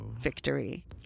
victory